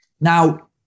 Now